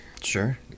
Sure